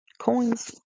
coins